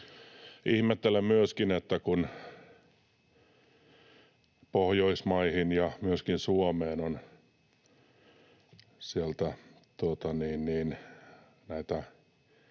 Ihmettelen myöskin, kun Pohjoismaihin ja myöskin Suomeen on sieltä